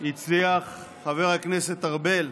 הצליח חבר הכנסת ארבל,